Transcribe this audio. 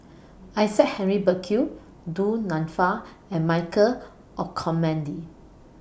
Isaac Henry Burkill Du Nanfa and Michael Olcomendy